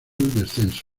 descenso